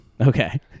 okay